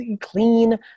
clean